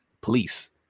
police